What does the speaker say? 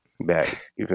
Back